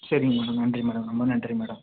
சரிங்க மேடம் நன்றி மேடம் ரொம்ப நன்றி மேடம்